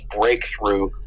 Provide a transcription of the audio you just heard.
breakthrough